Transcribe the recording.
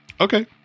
okay